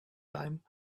time